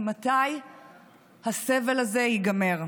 מתי הסבל הזה ייגמר?